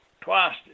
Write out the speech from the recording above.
twice